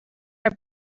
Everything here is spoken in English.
are